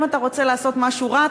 אם אתה רוצה לעשות משהו רע,